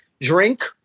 drink